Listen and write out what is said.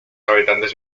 habitantes